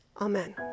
amen